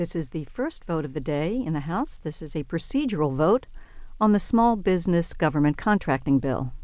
this is the first vote of the day in the house this is a procedural vote on the small business government contracting bill